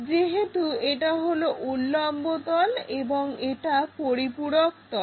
যেহেতু এটা হলো উল্লম্ব তল এবং এটা পরিপূরক তল